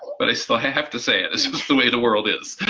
but i still have to say it's just the way the world is.